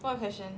what question